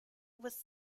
was